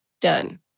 Done